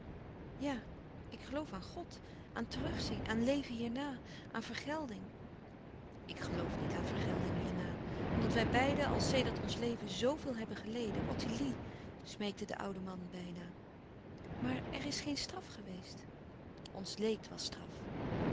ja ik geloof aan god aan terug zien aan leven hierna aan vergelding ik geloof niet aan vergelding hierna omdat wij beiden al sedert ons leven zo veel hebben geleden ottilie smeekte de oude man bijna maar er is geen straf geweest ons leed was straf